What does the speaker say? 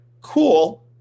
cool